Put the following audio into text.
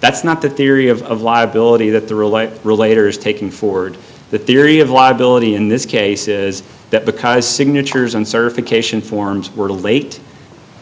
that's not the theory of liability that the relay relator is taking forward the theory of liability in this case is that because signatures on certification forms were late